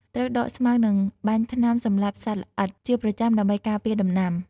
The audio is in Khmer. ត្រូវដកស្មៅ និងបាញ់ថ្នាំសម្លាប់សត្វល្អិតជាប្រចាំដើម្បីការពារដំណាំ។